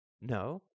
No